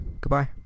goodbye